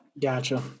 gotcha